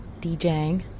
DJing